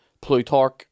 Plutarch